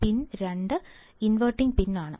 പിൻ 2 inverting pin ആണ്